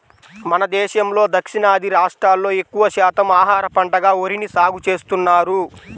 మన దేశంలో దక్షిణాది రాష్ట్రాల్లో ఎక్కువ శాతం ఆహార పంటగా వరిని సాగుచేస్తున్నారు